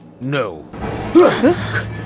No